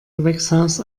gewächshaus